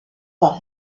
pas